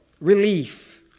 relief